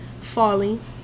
falling